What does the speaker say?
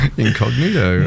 incognito